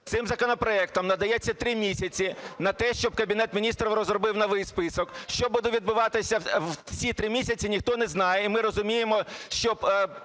Цим законопроектом надається 3 місяці на те, щоб Кабінет Міністрів розробив новий список. Що буде відбуватися в ці 3 місяці, ніхто не знає і ми розуміємо, що